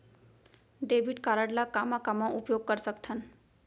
Debit card ला कामा कामा उपयोग कर सकथन?